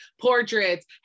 portraits